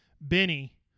Benny